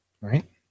right